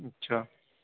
اچھا